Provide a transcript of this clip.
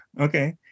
Okay